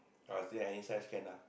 ah still any size can lah